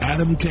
Adam